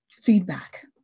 feedback